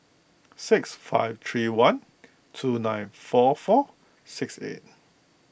six five three one two nine four four six eight